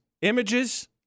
Images